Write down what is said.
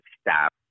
stop